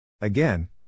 Again